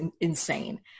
insane